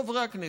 חברי הכנסת,